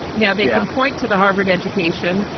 and now they point to the harvard education,